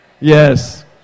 Yes